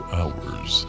hours